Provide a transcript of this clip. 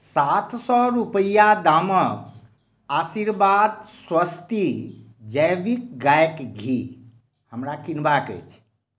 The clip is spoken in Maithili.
सात सए रूपैआ दामक आशीर्वाद स्वस्ति जैविक गायक घी हमरा किनबाक अछि